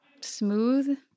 smooth